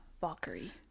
Valkyrie